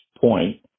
point